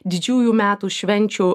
didžiųjų metų švenčių